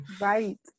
Right